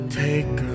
take